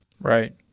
Right